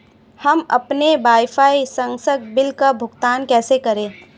हम अपने वाईफाई संसर्ग बिल का भुगतान कैसे करें?